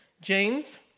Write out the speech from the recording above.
James